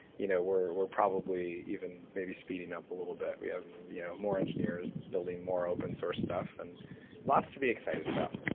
you know we're we're probably even maybe speeding up a little bit. we have you know more engineers building more open-source stuff, and lots to be excited about.